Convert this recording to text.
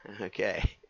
Okay